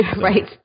Right